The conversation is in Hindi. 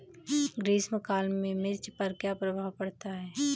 ग्रीष्म काल में मिर्च पर क्या प्रभाव पड़ता है?